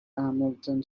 hamilton